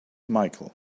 michael